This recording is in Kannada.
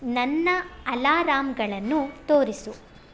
ನನ್ನ ಅಲಾರಾಮ್ಗಳನ್ನು ತೋರಿಸು